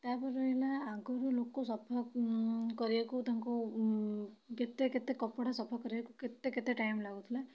ତା'ପରେ ରହିଲା ଆଗରୁ ଲୋକ ସଫା କରିବାକୁ ତାଙ୍କୁ କେତେ କେତେ କପଡ଼ା ସଫା କରିବାକୁ କେତେ କେତେ ଟାଇମ୍ ଲାଗୁଥିଲା